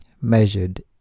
measured